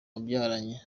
yabyaranye